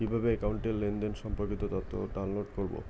কিভাবে একাউন্টের লেনদেন সম্পর্কিত তথ্য ডাউনলোড করবো?